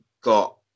got